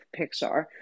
Pixar